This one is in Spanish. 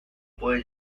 puede